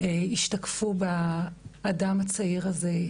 השתקפו באדם הצעיר הזה,